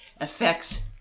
affects